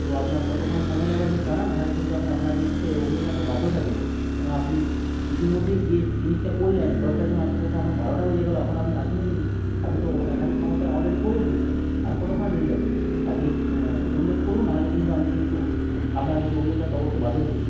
তো আপনার কতক্ষণ সময় লাগবে আপনি জানান না হলে কিন্তু আমি আপনার বিরুদ্ধে অভিযোগ জানাতে বাধ্য থাকব কেন আপনি ইতিমধ্যেই যে জিনিসটা করলেন দশটার সময় আসার কথা এখন বারোটা বেজে গেল এখনও আপনি আসলেন না আপনি তো একাধিক সমস্যা অলরেডি করেই দিয়েছেন আর কতক্ষণ দেরি লাগবে আপনি উল্লেখ করুন না হলে কিন্তু আমি কিন্তু আপনার বিরুদ্ধে অভিযোগ জানাতে অবশ্যই বাধ্য থাকব